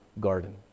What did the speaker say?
Garden